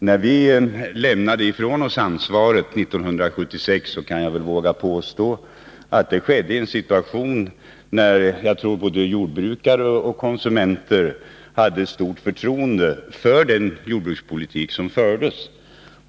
När vi lämnade ifrån oss ansvaret 1976 skedde det, kan jag väl påstå, i en situation där både jordbrukare och konsumenter hade stort förtroende för den jordbrukspolitik som fördes.